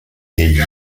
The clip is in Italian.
egli